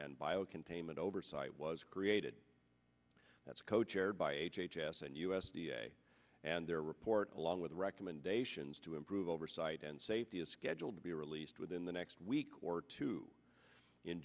and bio containment oversight was created that's co chaired by h h s and u s d a and their report along with recommendations to improve oversight and safety is scheduled to be released within the next week or two in